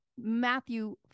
Matthew